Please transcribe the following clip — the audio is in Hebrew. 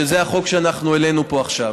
שזה החוק שאנחנו העלינו פה עכשיו.